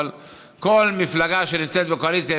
אבל כל מפלגה שנמצאת בקואליציה,